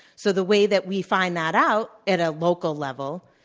so the way that we find that out at a local level,